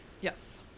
Yes